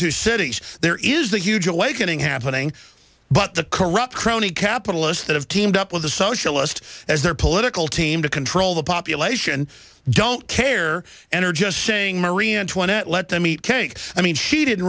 two cities there is that huge awakening happening but the corrupt crony capitalists that have teamed up with the socialist as their political team to control the population don't care enter just saying marie antoinette let them eat cake i mean she didn't